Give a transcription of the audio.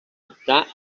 optar